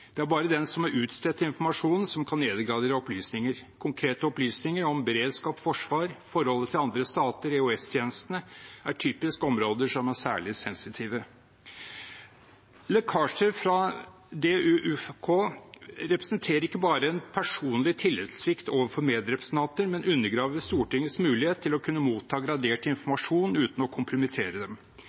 er bare den som har utstedt informasjonen, som kan nedgradere opplysninger. Konkrete opplysninger om beredskap, forsvar, forholdet til andre stater og EOS-tjenestene er typisk områder som er særlig sensitive. Lekkasjer fra DUUFK representerer ikke bare en personlig tillitssvikt overfor medrepresentanter, men undergraver også Stortingets mulighet til å kunne motta gradert informasjon uten å kompromittere den. Slike regelbrudd representerer, hvis det ikke reageres mot dem,